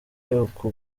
uku